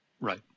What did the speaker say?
right